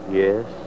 yes